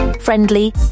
friendly